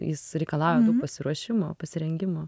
jis reikalauja daug pasiruošimo pasirengimo